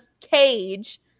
cage